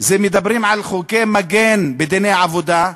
מדברים על חוקי מגן בדיני העבודה,